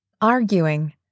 Arguing